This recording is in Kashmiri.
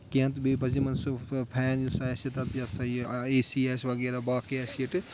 کینٛہہ تہٕ بیٚیہِ پَزِ یِمَن سُہ فین یُس آسہِ تَتھ ہَسا یہِ اے سی آسہِ وغیرہ باقٕے آسہِ ییٚتہِ